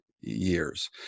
years